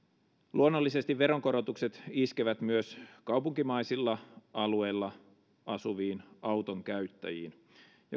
luonnollisesti veronkorotukset iskevät myös kaupunkimaisilla alueilla asuviin auton käyttäjiin